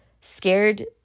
scared